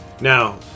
Now